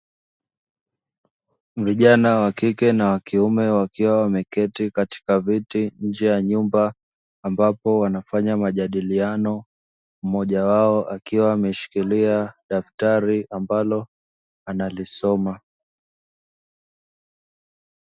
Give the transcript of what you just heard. Vijana wa kike na wa kiume wakiwa wameketi katika viti nje ya nyumba ambapo wanafanya majadiliano mmoja wao akiwa ameshikilia daftari ambalo analisoma.